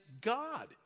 God